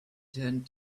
turned